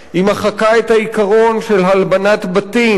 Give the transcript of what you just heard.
היא מחקה את העיקרון של הלבנת בתים.